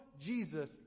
Jesus